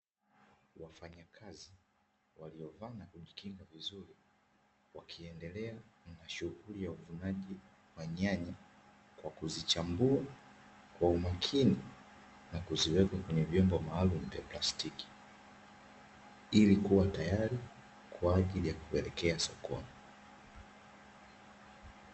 Wafanyakazi waliovaa na kujikinga vizuri wakiendelea na shughuli ya uvunaji wa nyanya kwa kuzichambua kwa umakini na kuziweka kwenye vyombo maalumu vya plastiki ili kuwa tayari kwa ajili ya kupelwkea sokoni.